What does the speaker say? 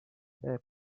their